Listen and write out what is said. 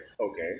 okay